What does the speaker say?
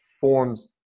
forms